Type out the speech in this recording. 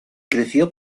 creció